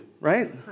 right